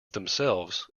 themselves